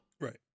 right